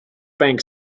bank